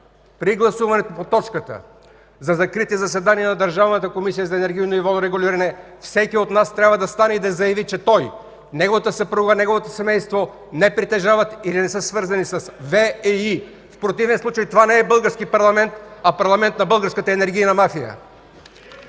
при гласуването по точката за закрити заседания на Държавната комисия за енергийно и водно регулиране всеки от нас трябва да стане и да заяви, че той, неговата съпруга, неговото семейство не притежават и не са свързани с ВЕИ. В противен случай, това не е Български парламент, а парламент на българската енергийна мафия.